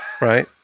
right